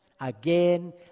Again